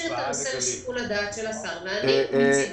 ותשאיר את הנושא לשיקול הדעת של השר, ואני מצדי